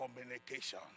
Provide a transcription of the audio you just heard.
communication